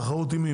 תחרות עם מי?